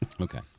Okay